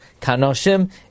kanoshim